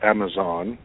Amazon